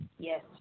Yes